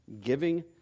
giving